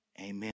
amen